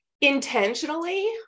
intentionally